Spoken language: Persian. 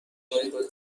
سرمایهگذاری